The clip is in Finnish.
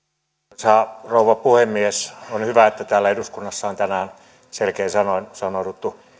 arvoisa rouva puhemies on hyvä että täällä eduskunnassa on tänään selkein sanoin sanouduttu